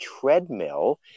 treadmill